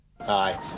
Hi